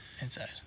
inside